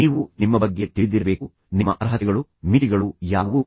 ನೀವು ನಿಮ್ಮ ಬಗ್ಗೆ ತಿಳಿದಿರಬೇಕು ನಿಮ್ಮ ಅರ್ಹತೆಗಳು ಯಾವುವು ನಿಮ್ಮ ಮಿತಿಗಳು ಯಾವುವು